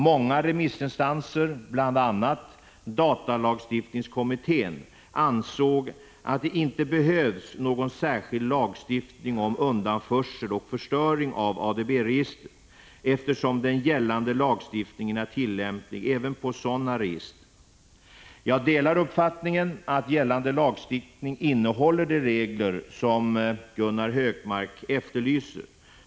Många remissinstanser, bl.a. datalagstiftningskommittén, ansåg att det inte behövs någon särskild lagstiftning om undanförsel och förstöring av ADB-register, eftersom den gällande lagstiftningen är tillämplig även på sådana register. Jag delar uppfattningen att gällande lagstiftning innehåller de regler som Gunnar Hökmark efterlyser.